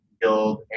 build